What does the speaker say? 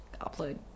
upload